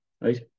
right